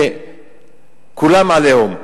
וכולם עליהום.